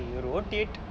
I wrote it